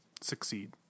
succeed